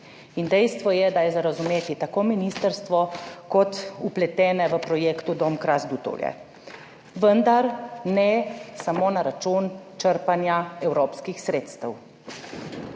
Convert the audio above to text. dejstvo je, da je razumeti tako ministrstvo kot vpletene v projekt Dom na Krasu, Dutovlje, vendar ne samo na račun črpanja evropskih sredstev.